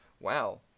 Wow